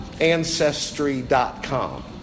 Ancestry.com